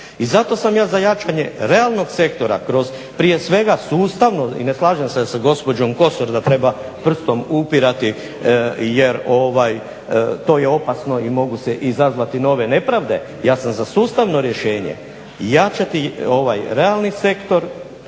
I zato sam ja za jačanje realnog sektora kroz prije svega sustavno i ne slažem se sa gospođom Kosor da treba prstom upirati, jer to je opasno i mogu se izazvati nove nepravde. Ja sam za sustavno rješenje. Jačati realni sektor